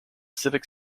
civic